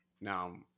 now